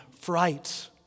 fright